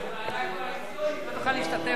הוועדה היא קואליציונית, אתה לא תוכל להשתתף בה.